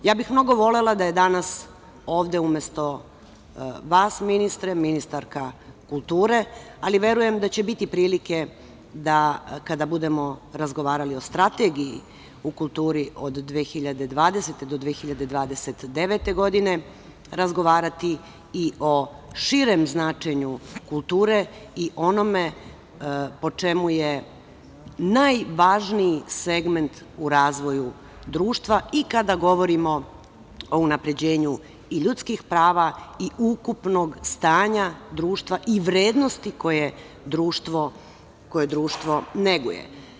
Mnogo bih volela da je danas ovde umesto vas, ministre, ministarka kulture, ali verujem da će biti prilike da, kada budemo razgovarali o Strategiji u kulturi od 2020. do 2029. godine, razgovaramo i o širem značenju kulture i onome po čemu je najvažniji segment u razvoju društva i kada govorimo o unapređenju i ljudskih prava i ukupnog stanja društva i vrednosti koje društvo neguje.